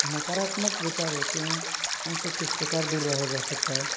नकारात्मक विचार होते हैं उनसे किस प्रकार दूर रहा जा सकता है